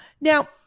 Now –